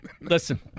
Listen